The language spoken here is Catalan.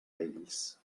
ells